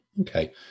Okay